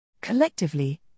Collectively